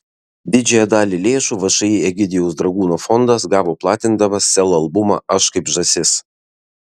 didžiąją dalį lėšų všį egidijaus dragūno fondas gavo platindamas sel albumą aš kaip žąsis